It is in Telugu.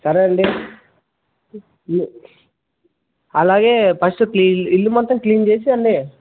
సరే అండి అలాగే ఫస్ట్ క్లీ ఇల్లు మొత్తం క్లీన్ చేసి అండి